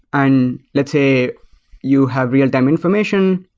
and let's say you have real-time information,